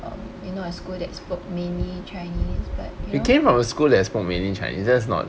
um you know a school that spoke mainly chinese but you know